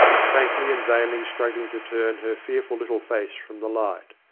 faintly and vainly struggling to turn her fearful little face from the light.